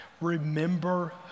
remember